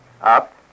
up